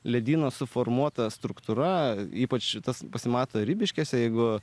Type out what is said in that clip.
ledyno suformuota struktūra ypač tas pasimato ribiškėse jeigu